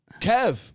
Kev